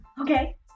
Okay